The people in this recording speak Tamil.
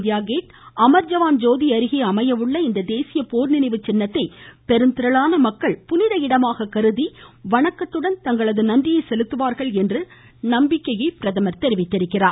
இந்தியா கேட் அமர்ஜவான் ஜோதி அருகே அமைய உள்ள இந்த தேசிய போர் நினைவுச்சின்னத்தை பெருந்திரளான மக்கள் புனித இடமாக கருதி வணக்கத்துடன் தங்களது நன்றியை செலுத்துவார்கள் என்று நம்பிக்கை தெரிவித்திருக்கிறார்